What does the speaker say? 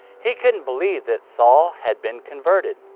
he couldn't believe that saul had been converted.